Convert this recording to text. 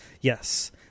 Yes